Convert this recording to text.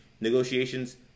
negotiations